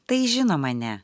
tai žinoma ne